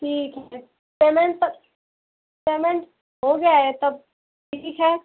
ठीक है payment payment हो गया है तब ठीक है